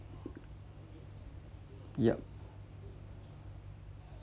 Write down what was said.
yup